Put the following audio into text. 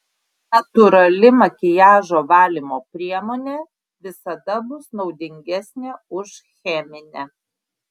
natūrali makiažo valymo priemonė visada bus naudingesnė už cheminę